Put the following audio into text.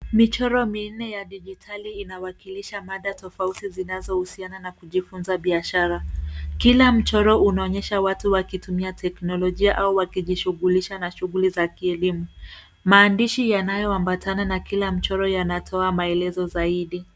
Michoro minne ya dijitali inawakilsha mada tofauti zinazohusiana na kujifunza biashara. Kila mchoro unaonyesha watu wakitumia teknolojia au wakishughulisha na shughuli za kielimu. Maandishi yanayoambatana na kila mchoro yanatoa maelezo zaidi.